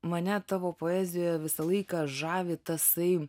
mane tavo poezijoje visą laiką žavi tasai